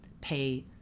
pay